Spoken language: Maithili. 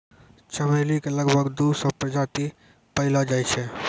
चमेली के लगभग दू सौ प्रजाति पैएलो जाय छै